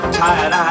tired